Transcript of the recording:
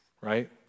right